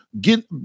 get